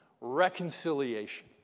reconciliation